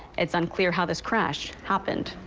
it's unclear how this crash happened.